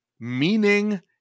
Meaning